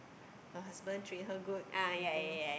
her husband treat her good I think